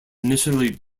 initially